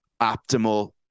optimal